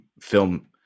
film